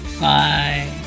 Bye